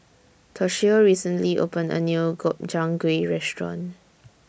Toshio recently opened A New Gobchang Gui Restaurant